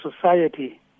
society